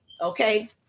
okay